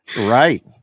Right